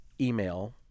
email